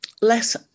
less